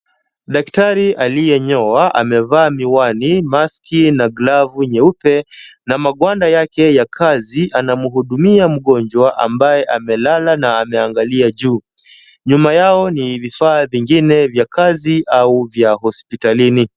Daktari aliyenyoa amevaa miwani, maski na glavu nyeupe na magwanda yake ya kazi anamhudumia mgonjwa ambaye amelala na ameangalia juu. Nyuma yao ni vifaa vingine vya kazi au vya hospitalini.